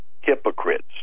hypocrites